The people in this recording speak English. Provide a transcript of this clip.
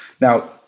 now